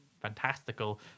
fantastical